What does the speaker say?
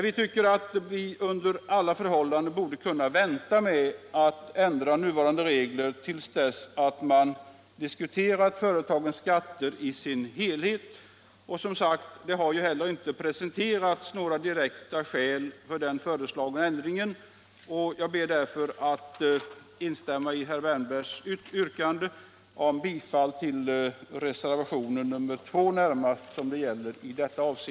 Vi anser att man under alla förhållanden borde kunna vänta med att ändra nuvarande regler tills man diskuterat frågan om företagens skatter i sin helhet. Det har ju heller inte presenterats några direkta skäl för den föreslagna ändringen, och jag ber därför att få instämma i herr Wärnbergs yrkande om bifall till reservation nr 2.